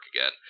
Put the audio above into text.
again